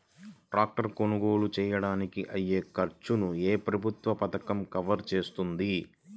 Tractor కొనుగోలు చేయడానికి అయ్యే ఖర్చును ఏ ప్రభుత్వ పథకం కవర్ చేస్తుంది?